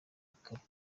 gikorwa